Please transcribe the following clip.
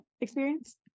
experience